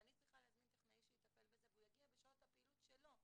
ואני צריכה להזמין טכנאי שיטפל בזה והוא יגיע בשעות הפעילות שלו,